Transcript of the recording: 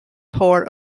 part